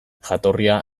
jatorria